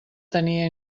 tenia